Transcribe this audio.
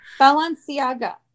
Balenciaga